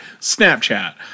snapchat